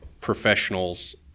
professionals